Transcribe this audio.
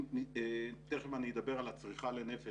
- תכף אני אדבר על הצריכה לנפש,